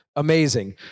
Amazing